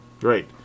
Great